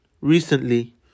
recently